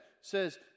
says